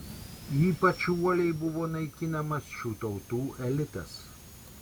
ypač uoliai buvo naikinamas šių tautų elitas